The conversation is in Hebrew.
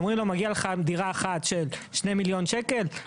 אומרים לו מגיעה דירה אחת של שני מיליון שקל,